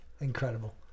incredible